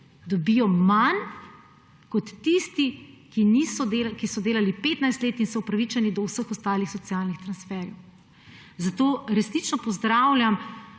dobijo manj kot tisti, ki niso delali, ki so delali 15 let in so upravičeni do vseh ostalih socialnih transferjev. Zato resnično pozdravljam